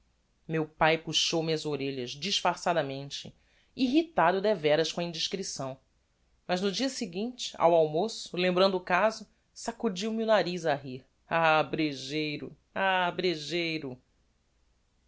meu pae puxou me as orelhas disfarçadamente irritado devéras com a indiscrição mas no dia seguinte ao almoço lembrando o caso sacudiu me o nariz a rir ah brejeiro ah brejeiro